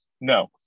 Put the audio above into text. no